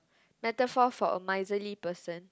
metaphor for a miserly person